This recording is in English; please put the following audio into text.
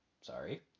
Sorry